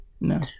No